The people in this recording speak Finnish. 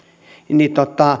niin